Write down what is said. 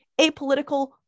apolitical